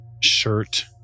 shirt